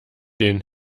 den